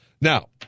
Now